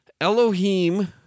Elohim